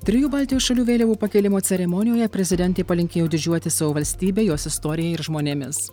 trijų baltijos šalių vėliavų pakėlimo ceremonijoje prezidentė palinkėjo didžiuotis savo valstybe jos istorija ir žmonėmis